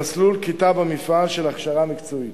במסלול "כיתה במפעל" של הכשרה מקצועית,